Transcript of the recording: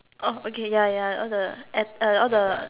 oh okay ya ya all the and all the